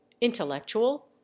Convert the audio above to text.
intellectual